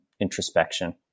introspection